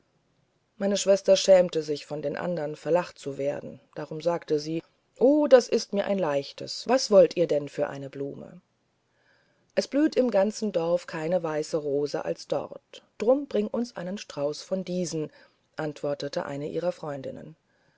meine schwester schämte sich von den andern verlacht zu werden darum sagte sie oh das ist mir ein leichtes was wollt ihr denn für eine blume es blüht im ganzen dorf keine weiße rose als dort drum bring uns einen strauß von diesen antwortete eine ihrer freundinnen